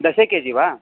दश के जि वा